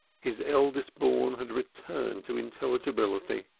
his eldest born had returned to intelligibility.